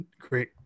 great